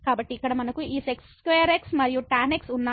కాబట్టి ఇక్కడ మనకు ఈ sec2x మరియు tan x ఉన్నాయి